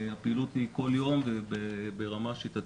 הפעילות היא כל יום וברמה שיטתית.